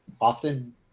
often